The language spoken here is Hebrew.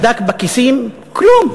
בדק בכיסים, כלום.